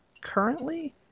currently